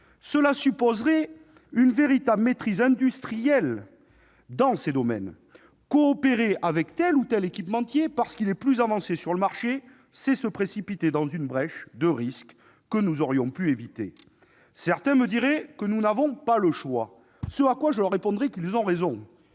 Cela supposerait une véritable maîtrise industrielle dans ces domaines. Coopérer avec tel ou tel équipementier, parce qu'il serait plus avancé sur le marché, revient à se précipiter dans une brèche de risques que nous aurions pu éviter. Certains me diront que nous n'avons pas le choix ; je leur répondrai qu'ils ont raison,